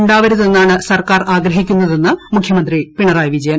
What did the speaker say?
ഉണ്ടാവരുതെന്നാണ് സർക്കാർ ആഗ്രഹിക്കുന്നതെന്ന് മുഖ്യമന്ത്രി പിണറായി വിജയൻ